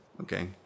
Okay